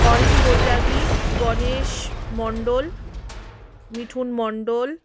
Orin Bairagi Ganesh Mondal Mithun Mondal